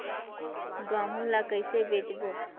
गहूं ला कइसे बेचबो?